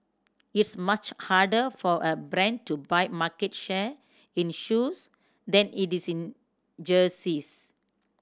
it's much harder for a brand to buy market share in shoes than it is in jerseys